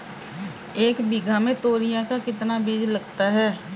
एक बीघा में तोरियां का कितना बीज लगता है?